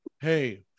Hey